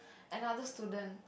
another student